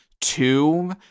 two